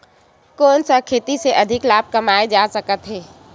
कोन सा खेती से अधिक लाभ कमाय जा सकत हे?